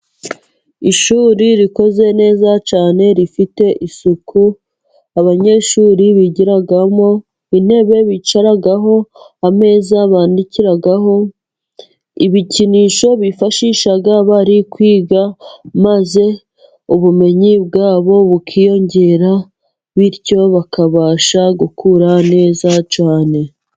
Ishuri rikoze neza cyane rifite isuku abanyeshuri bigiramo, intebe bicaraho, ameza bandikiraho, ibikinisho bifashisha bari kwiga maze ubumenyi bwabo bukiyongera, bityo bakabasha gukura neza cyane.